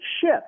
ship